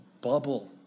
bubble